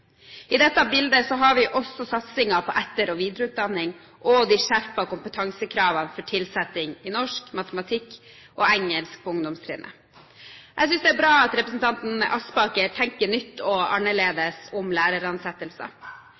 I dette bildet har vi også satsingen på etter- og videreutdanning og de skjerpede kompetansekravene for tilsetting i norsk, matematikk og engelsk på ungdomstrinnet. Jeg synes det er bra at representanten Aspaker tenker nytt og annerledes om læreransettelser.